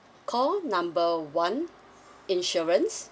call number one insurance